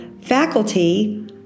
faculty